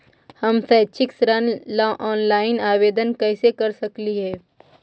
हम शैक्षिक ऋण ला ऑनलाइन आवेदन कैसे कर सकली हे?